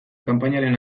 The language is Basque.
kanpainaren